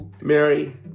Mary